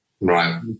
Right